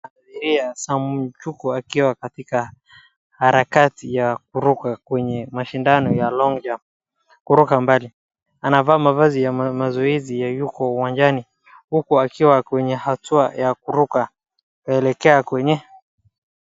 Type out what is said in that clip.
Sam Ojuku akiwa katika harakati ya kuruka kwenye mashindano ya long jump , kuruka mbali. Anavaa mavazi ya mazoezi ya huko uwanjani, huku akiwa kwenye hatua ya kuruka, kuelekea kwenye.